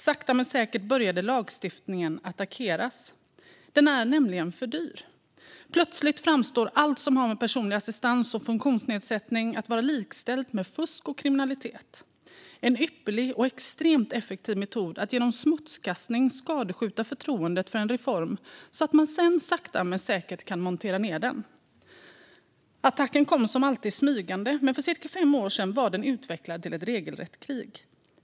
Sakta men säkert började lagstiftningen attackeras. Den är nämligen för dyr. Plötsligt framstår allt som har att göra med personlig assistans och funktionsnedsättning som likställt med fusk och kriminalitet - en ypperlig och extremt effektiv metod att genom smutskastning skadeskjuta förtroendet för en reform så att man sedan sakta men säkert kan montera ned den. Attacken kom, som alltid, smygande. Men för cirka fem år sedan var den utvecklad till ett regelrätt krig.